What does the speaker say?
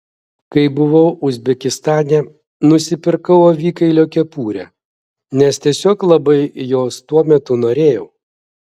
kai buvau uzbekistane nusipirkau avikailio kepurę nes tiesiog labai jos tuo metu norėjau